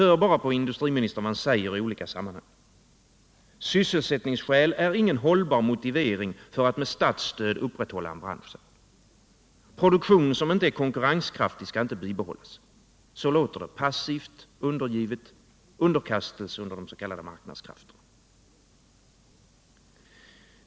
Hör bara på vad industriministern säger i olika sammanhang: Sysselsättningsskäl är ingen hållbar motivering för att med statsstöd upprätthålla en bransch — produktion som inte är konkurrenskraftig skall inte bibehållas. Så låter det: passivt och undergivet, en underkastelse under de s.k. marknadskrafterna.